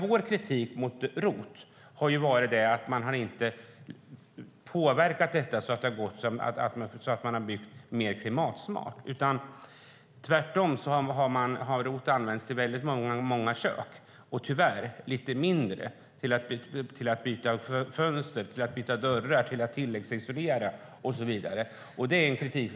Vår kritik mot ROT har varit att den inte har påverkat byggandet så att det har blivit mer klimatsmart. Tvärtom har ROT använts för många kök och tyvärr inte så ofta till att byta fönster, dörrar eller att tilläggsisolera. Det är vår kritik.